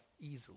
easily